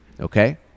Okay